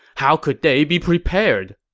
how could they be prepared?